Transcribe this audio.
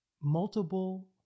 multiple